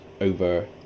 over